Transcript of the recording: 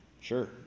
Sure